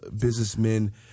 businessmen